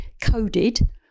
coded